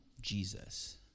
Jesus